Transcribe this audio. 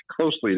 closely